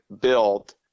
build